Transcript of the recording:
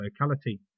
locality